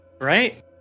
right